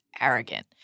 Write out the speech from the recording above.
arrogant